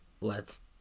lets